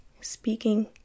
speaking